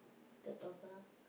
took over